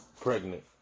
pregnant